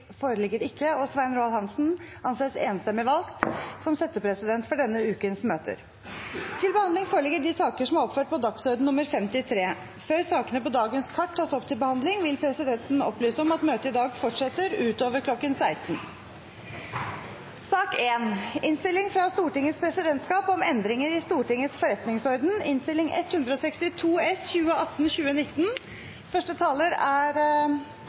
foreligger ikke, og Svein Roald Hansen er enstemmig valgt som settepresident for denne ukens møter. Før sakene på dagens kart tas opp til behandling, vil presidenten opplyse om at møtet i dag fortsetter utover kl. 16. Presidentskapet legg med dette fram ei gladsak for representantane, nemleg forslaget om to endringar i Stortingets forretningsorden.